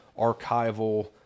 archival